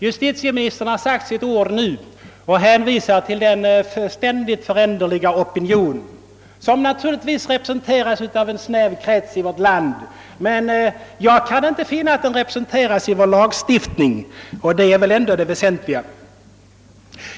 Justitieministern har nu sagt sitt ord och hänvisat till den ständigt föränderliga opinionen och nya värderingar. Dessa senare representeras av en snäv krets i vårt land. Men jag kan inte finna att de representeras i vår lagstiftning, och den är väl ändå det väsent liga.